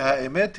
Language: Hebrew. והאמת היא,